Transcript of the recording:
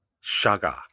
Sugar